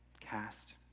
Cast